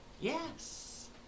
yes